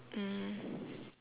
mm